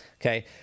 Okay